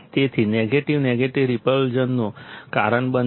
તેથી negative negative રિપલ્ઝનનું કારણ બનશે